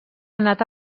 anat